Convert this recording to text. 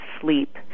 sleep